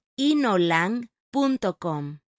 inolang.com